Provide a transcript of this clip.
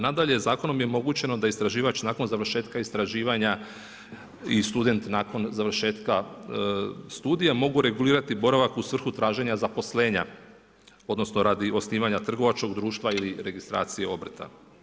Nadalje, Zakonom je omogućeno da istraživač nakon završetka istraživanja i student nakon završetka studija mogu regulirati boravak u svrhu traženja zaposlenja, odnosno radi osnivanja trgovačkog društva ili radi registracije obrta.